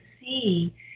see